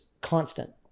constant